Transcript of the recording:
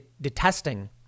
detesting